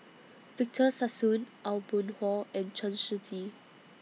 Victor Sassoon Aw Boon Haw and Chen Shiji